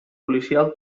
policial